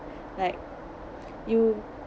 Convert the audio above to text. like you